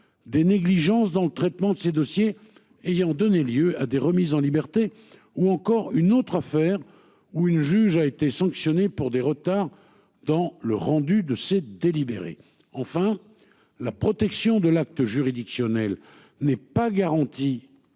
des négligences dans le traitement de ces dossiers ayant donné lieu à des remises en liberté ou encore une autre affaire ou une juge a été sanctionné pour des retards dans le rendu de ses délibéré enfin. La protection de l'acte juridictionnel n'est pas garanti.